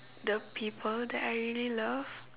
the people that I really love